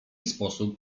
sposób